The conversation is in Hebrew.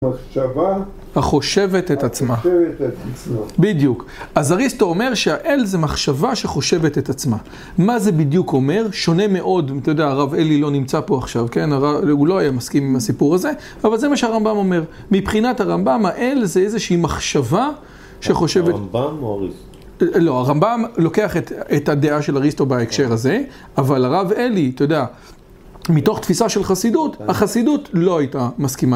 מחשבה החושבת את עצמה. החושבת את עצמה. בדיוק. אז אריסטו אומר שהאל זה מחשבה שחושבת את עצמה. מה זה בדיוק אומר? שונה מאוד. אתה יודע, הרב אלי לא נמצא פה עכשיו, כן? הוא לא היה מסכים עם הסיפור הזה, אבל זה מה שהרמב״ם אומר. מבחינת הרמב״ם, האל זה איזושהי מחשבה שחושבת... הרמב״ם או אריסטו? לא, הרמב״ם לוקח את הדעה של אריסטו בהקשר הזה, אבל הרב אלי, אתה יודע, מתוך תפיסה של חסידות, החסידות לא הייתה מסכימה.